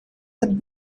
than